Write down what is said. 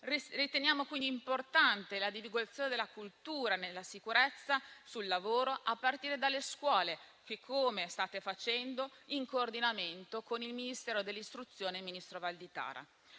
Riteniamo quindi importante la divulgazione della cultura nella sicurezza sul lavoro a partire dalle scuole- come state facendo - in coordinamento con il Ministero dell'istruzione e del merito e il ministro Valditara.